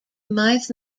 might